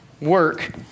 work